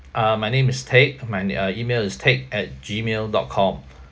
uh my name is teck my na~ uh email is teck at gmail dot com